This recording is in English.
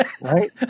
right